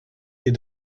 des